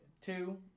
two